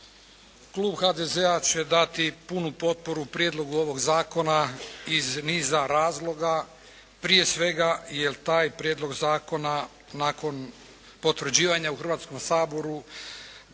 Klub HDZ-a će dati punu potporu Prijedlogu ovoga zakona iz niza razloga. Prije svega jer taj Prijedlog zakona nakon potvrđivanja u Hrvatskom saboru,